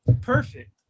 Perfect